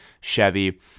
Chevy